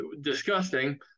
disgusting